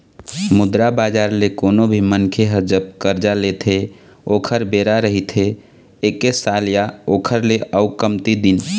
मुद्रा बजार ले कोनो भी मनखे ह जब करजा लेथे ओखर बेरा रहिथे एक साल या ओखर ले अउ कमती दिन